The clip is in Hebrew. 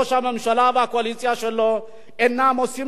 ראש הממשלה והקואליציה שלו אינם עושים